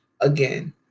again